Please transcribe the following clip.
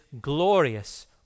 glorious